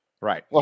Right